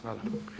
Hvala.